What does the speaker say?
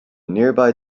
nearby